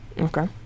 Okay